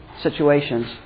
situations